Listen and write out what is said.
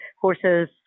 horses